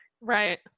right